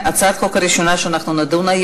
הצעת החוק הראשונה שאנחנו נדון בה